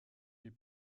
les